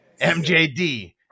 mjd